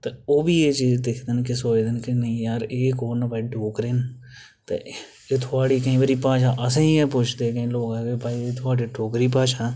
ते ओह्बी एह् दिखदे न ते सोचदे न की नेईं यार एह् कु'न न भी डोगरे न ते एह् केईं बारी भाशा असेंगी गै पुछदे न की भाई की एह् थुहाड़ी डोगरी भाशा